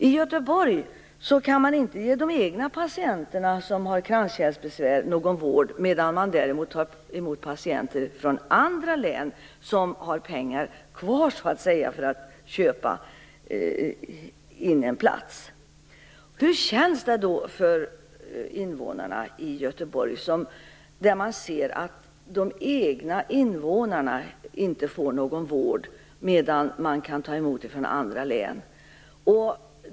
I Göteborg kan man inte ge de egna patienterna som har kranskärlsbesvär någon vård, medan man samtidigt tar emot patienter från andra län, som har pengar kvar för att köpa in en plats. Hur känns det då för invånarna i Göteborg när de ser att de själva inte får någon vård medan man kan ta emot patienter från andra län?